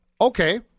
okay